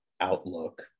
outlook